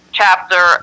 chapter